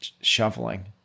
shoveling